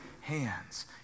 hands